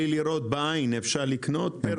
אפשר לקנות בלי לראות בעין פירות וירקות?